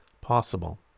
possible